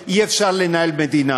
איפה שהפוליטיקה נכנסת אי-אפשר לנהל מדינה.